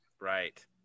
Right